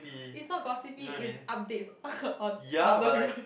is not gossiping is update on other people